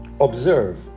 Observe